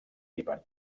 líban